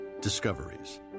Discoveries